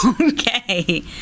Okay